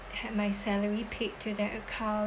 had my salary paid to the account